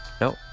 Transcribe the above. Nope